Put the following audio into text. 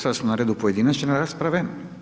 Sada su na redu pojedinačne rasprave.